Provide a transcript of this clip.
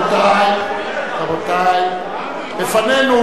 בשום פנים ואופן, רבותי, רבותי, לפנינו